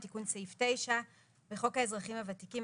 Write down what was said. תיקון סעיף 9. בחוק האזרחים הוותיקים,